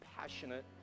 passionate